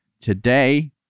Today